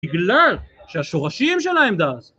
בגלל שהשורשים של העמדה הזאת